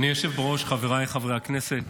אדוני היושב-ראש, חבריי חברי הכנסת,